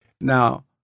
Now